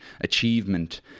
achievement